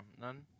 None